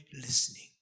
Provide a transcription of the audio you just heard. listening